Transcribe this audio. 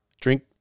Drink